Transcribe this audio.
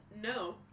no